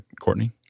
Courtney